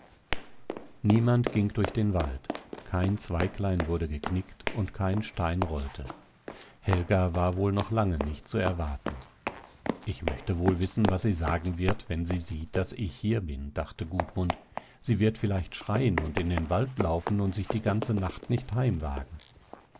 niemand ging durch den wald kein zweiglein wurde geknickt und kein stein rollte helga war wohl noch lange nicht zu erwarten ich möchte wohl wissen was sie sagen wird wenn sie sieht daß ich hier bin dachte gudmund sie wird vielleicht schreien und in den wald laufen und sich die ganze nacht nicht heimwagen